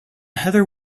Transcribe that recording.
heather